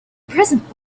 present